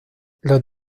los